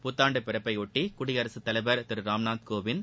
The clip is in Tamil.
புத்தாண்டு பிறப்பையொட்டி குடியரசுத் தலைவர் திரு ராம்நாத்கோவிந்த்